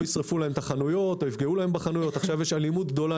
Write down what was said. ישרפו להם את החנויות או יפגעו להם בחנויות עכשיו יש אלימות גדולה